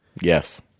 Yes